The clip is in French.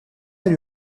elle